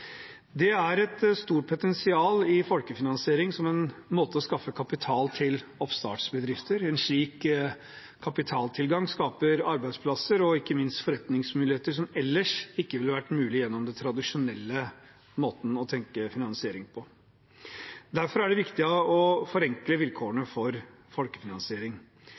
Det er et stort potensial i folkefinansiering som en måte å skaffe kapital på til oppstartsbedrifter. En slik kapitaltilgang skaper arbeidsplasser og ikke minst forretningsmuligheter som ellers ikke ville vært mulig gjennom den tradisjonelle måten å tenke finansiering på. Derfor er det viktig å forenkle vilkårene for folkefinansiering.